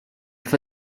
for